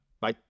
bye